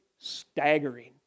staggering